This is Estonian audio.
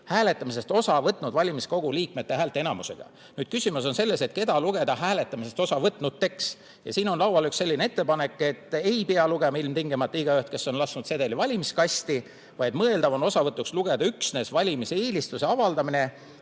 hääletamisest osa võtnud valimiskogu liikmete häälteenamusega. Nüüd, küsimus on selles, keda lugeda hääletamisest osavõtnuks. Siin on laual üks selline ettepanek, et ei pea lugema ilmtingimata igaüht, kes on lasknud sedeli valimiskasti, vaid mõeldav on osavõtnuks lugeda üksnes valimiseelistuse avaldanut